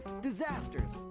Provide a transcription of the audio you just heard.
disasters